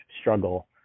struggle